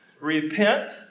Repent